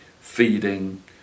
feeding